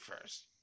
first